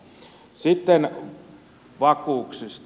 sitten vakuuksista